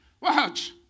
Watch